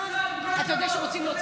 הכבוד.